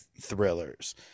thrillers